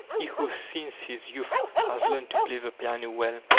he who since his youth has learned to play the piano well,